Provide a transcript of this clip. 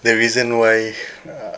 the reason why uh